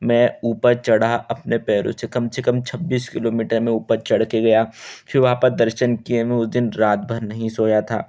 मैं ऊपर चढ़ा अपने पैरों से कम से कम छब्बीस किलोमीटर में ऊपर चढ़ कर गया फिर वहाँ पर दर्शन किये मैं उस दिन रात भर नहीं सोया था